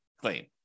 claim